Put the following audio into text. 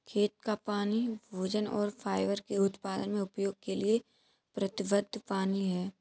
खेत का पानी भोजन और फाइबर के उत्पादन में उपयोग के लिए प्रतिबद्ध पानी है